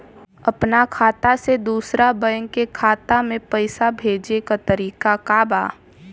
अपना खाता से दूसरा बैंक के खाता में पैसा भेजे के तरीका का बा?